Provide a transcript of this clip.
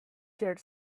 shirt